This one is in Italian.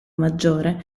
maggiore